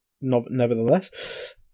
nevertheless